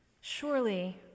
surely